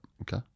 Okay